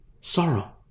Sorrow